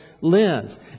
lens